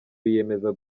biyemeza